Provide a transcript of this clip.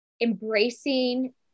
embracing